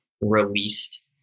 released